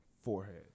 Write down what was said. forehead